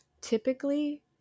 Typically